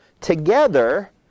together